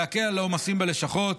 להקל את העומסים בלשכות